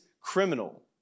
criminal